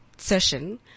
Session